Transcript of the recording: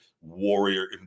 warrior